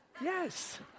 yes